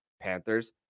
Panthers